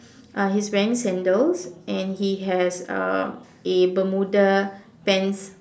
uh he is wearing sandals and he has um a bermuda pants